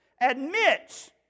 admits